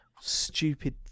Stupid